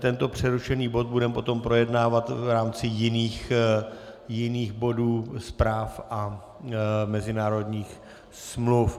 Tento přerušený bod budeme potom projednávat v rámci jiných bodů zpráv a mezinárodních smluv.